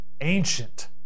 ancient